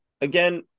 again